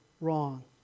wrong